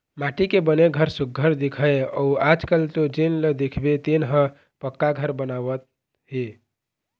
माटी के बने घर सुग्घर दिखय अउ आजकाल तो जेन ल देखबे तेन ह पक्का घर बनवावत हे